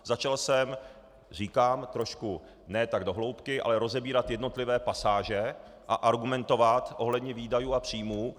Začal jsem, říkám, trošku, ne tak do hloubky, ale rozebírat jednotlivé pasáže a argumentovat ohledně výdajů a příjmů.